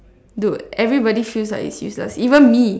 dude everybody feels like it's useless even me